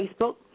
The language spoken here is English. Facebook